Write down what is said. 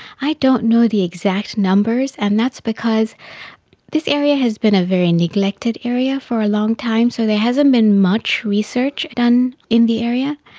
i don't know the exact numbers, and that's because this area has been a very neglected area for a long time, so there hasn't been much research done in the area.